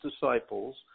disciples